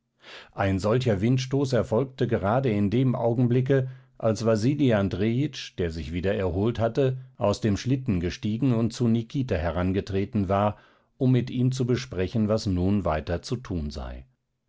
ein solcher windstoß erfolgte gerade in dem augenblicke als wasili andrejitsch der sich wieder erholt hatte aus dem schlitten gestiegen und zu nikita herangetreten war um mit ihm zu besprechen was nun weiter zu tun sei